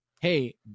hey